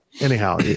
anyhow